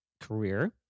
Career